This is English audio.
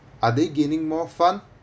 are they gaining more fun